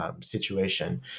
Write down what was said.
situation